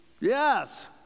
Yes